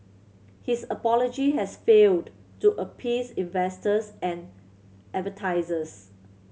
his apology has failed to appease investors and advertisers